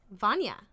Vanya